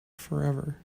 forever